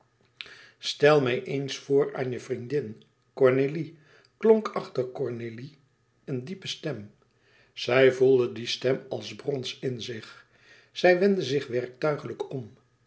stel mij eens voor aan je vriendin cornélie klonk achter cornélie een diepe stem zij voelde die stem als brons in zich zij wendde zich werktuigelijk om